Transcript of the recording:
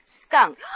Skunk